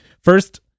first